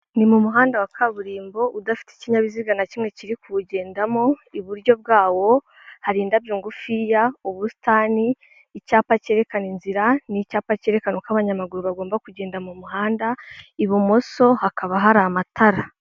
Ni mu muhanda wa kaburimbo udafite ikinyabiziga na kimwe kiri kuwugendamo, iburyo bwawo hari indabyo ngufiya, ubusitani, icyapa cyerekana inzira, n'icyapa cyerekana uko abanyamaguru bagomba kugenda mu muhanda, ibumoso hakaba hari amatara.